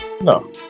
No